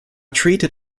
treated